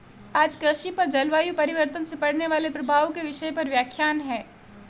आज कृषि पर जलवायु परिवर्तन से पड़ने वाले प्रभाव के विषय पर व्याख्यान है